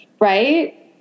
right